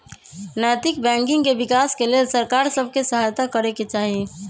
नैतिक बैंकिंग के विकास के लेल सरकार सभ के सहायत करे चाही